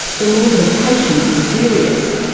then the implications serious.